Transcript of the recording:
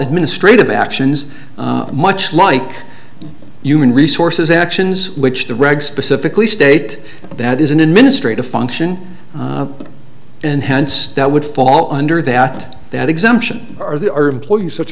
administrative actions much like human resources actions which the regs specifically state that is an administrative function and hence that would fall under that that exemption are employees such